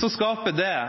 så skaper det